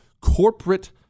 corporate